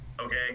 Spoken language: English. Okay